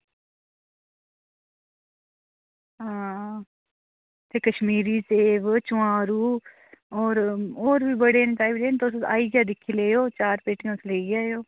हां ते कश्मीरी सेब चोमारू होर होर बी बड़े न टाइप दे तुस आइयै दिक्खी लैओ चार पेटियां तुस लेई जाएओ